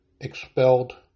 expelled